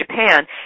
Japan